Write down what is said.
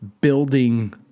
building